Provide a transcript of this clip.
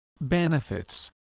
Benefits